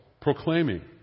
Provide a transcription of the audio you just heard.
proclaiming